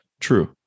True